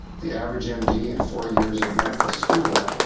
the average m d, in four years of medical school,